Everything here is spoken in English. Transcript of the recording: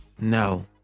no